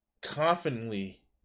confidently